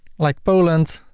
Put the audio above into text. like pl, and